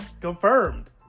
confirmed